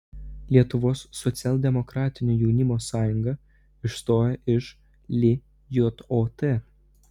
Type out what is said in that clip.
lietuvos socialdemokratinio jaunimo sąjunga išstoja iš lijot